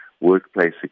workplace